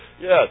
Yes